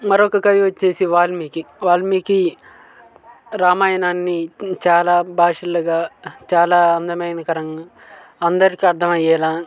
మరొక కవి వచ్చేసి వాల్మీకి వాల్మీకి రామాయణాన్ని చాలా భాషలుగా చాలా అందమైనకరం అందరికీ అర్థం అయ్యేలా